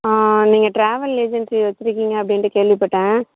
ஆ நீங்கள் travel agency வச்சுருக்கீங்க அப்படினுட்டு கேள்விப்பட்டேன்